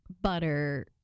Butter